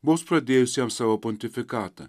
vos pradėjusiam savo pontifikatą